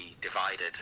divided